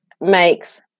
makes